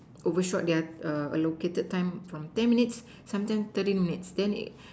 overshot their err allocated time from ten minutes sometimes thirty minutes then a~